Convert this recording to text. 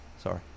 Sorry